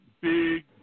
big